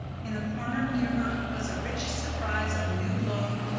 in the corner near her was a rich surprise of new-blown,